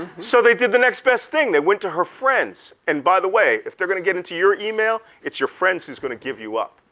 so they did the next best thing. they went to her friends and by the way, if they're gonna get into your email, it's your friends who's gonna give you up,